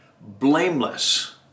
blameless